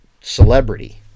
celebrity